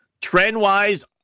Trend-wise